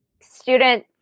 student